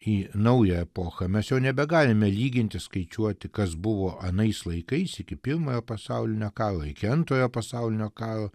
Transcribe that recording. į naują epochą mes jau nebegalime lyginti skaičiuoti kas buvo anais laikais iki pirmojo pasaulinio karo iki antrojo pasaulinio karo